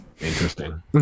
Interesting